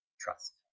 trust